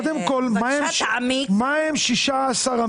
עאידה, קודם כל מה הם 14 המשתנים?